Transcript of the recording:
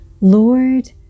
Lord